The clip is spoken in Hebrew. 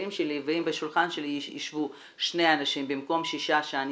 שלי ואם בשולחן שלי יישבו שני אנשים במקום שישה שאני